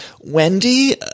Wendy